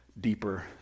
deeper